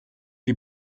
die